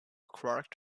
clark